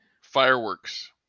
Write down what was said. Fireworks